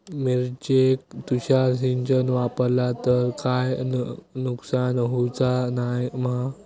मिरचेक तुषार सिंचन वापरला तर काय नुकसान होऊचा नाय मा?